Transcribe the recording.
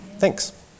Thanks